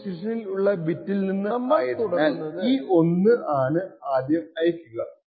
നമ്മൾ തുടങ്ങുന്നത് 0 th ബിറ്റിൽ നിന്ന് ആയതിനാൽ ഈ 1 ആണ് ആദ്യം അയക്കുക